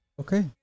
Okay